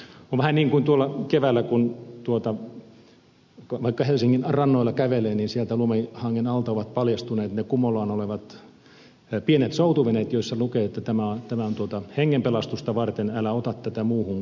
on vähän niin kuin tuolla keväällä kun vaikka helsingin rannoilla kävelee ja sieltä lumihangen alta ovat paljastuneet ne kumollaan olevat pienet soutuveneet joissa lukee että tämä on hengenpelastusta varten älä ota tätä muuhun käyttöön